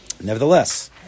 Nevertheless